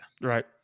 Right